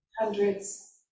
hundreds